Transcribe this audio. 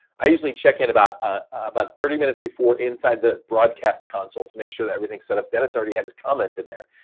i usually check in about ah about thirty minutes before inside the broadcast console to make sure that everything's set up. dennis already had his comment in there.